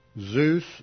Zeus